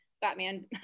Batman